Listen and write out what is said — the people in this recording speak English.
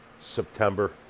September